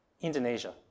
Indonesia